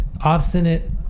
obstinate